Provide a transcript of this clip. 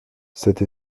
cette